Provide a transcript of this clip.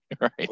Right